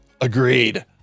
Agreed